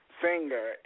singer